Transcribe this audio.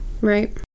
right